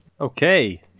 okay